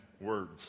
words